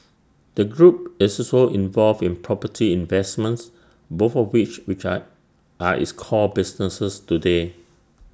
the group is also involved in property investments both of which which are are its core businesses today